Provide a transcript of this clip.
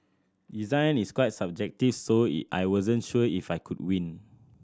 design is quite subjective so I wasn't sure if I could win